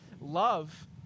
love